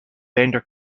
bender